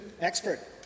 expert